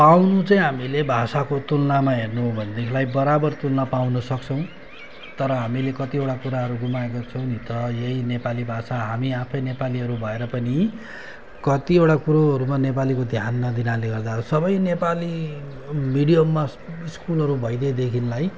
पाउनु चाहिँ हामीले भाषाको तुलनामा हेर्नु हो भनेदेखि बराबर तुलना पाउनसक्छौँ तर हामीले कतिवटा कुराहरू गुमाएको छौँ नि तर यही नेपाली भाषा हामी आफै नेपालीहरू भएर पनि कतिवटा कुरोहरूमा नेपालीको ध्यान नदिनाले गर्दा सबै नेपाली मिडियममा स्कुलहरू भइदिएदेखिलाई